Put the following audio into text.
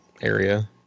area